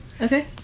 Okay